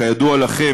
כידוע לכם,